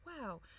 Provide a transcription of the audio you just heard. wow